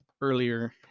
earlier